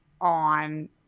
on